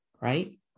Right